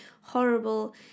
horrible